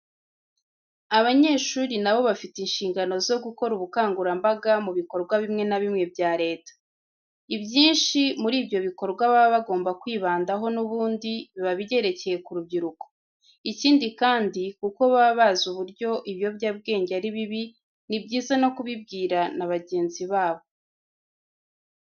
Abanyeshuri na bo bafite inshingano zo gukora ubukangurambaga mu bikorwa bimwe na bimwe bya Leta. Ibyinshi muri byo bikorwa baba bagomba kwibandaho n'ubundi, biba byerekeye ku rubyiruko. Ikindi kandi kuko baba bazi uburyo ibiyobyabwenge ari bibi, ni byiza no kubibwira na bagenzi babo.